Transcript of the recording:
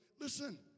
listen